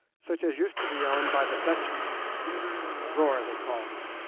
such as used to be owned by the dutchmen a roer they call it.